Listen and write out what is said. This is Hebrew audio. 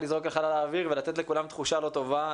לזרוק לחלל האוויר ולתת לכולם תחושה לא טובה.